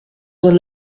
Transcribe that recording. were